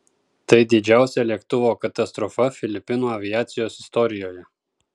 tai didžiausia lėktuvo katastrofa filipinų aviacijos istorijoje